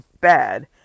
bad